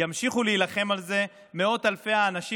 ימשיכו להילחם על זה מאות אלפי האנשים,